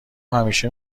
همیشه